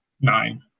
Nine